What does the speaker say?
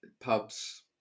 pubs